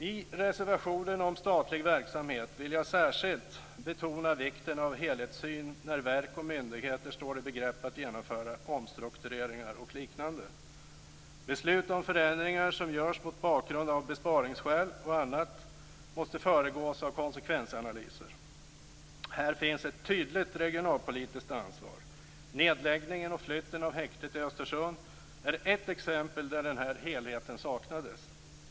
I fråga om reservationen om statlig verksamhet vill jag särskilt betona vikten av en helhetssyn när verk och myndigheter står i begrepp att genomföra omstruktureringar och liknande. Beslut om förändringar som görs mot bakgrund av besparingsskäl och annat måste föregås av konsekvensanalyser. Här finns ett tydligt regionalpolitiskt ansvar. Nedläggningen och flytten av häktet i Östersund är ett exempel på där den här helheten saknades.